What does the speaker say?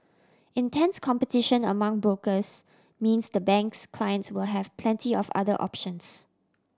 intense competition among brokers means the bank's clients will have plenty of other options